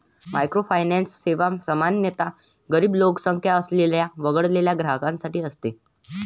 microfinance सेवा सामान्यतः गरीब लोकसंख्या असलेल्या वगळलेल्या ग्राहकांसाठी असते